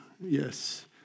Yes